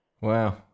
Wow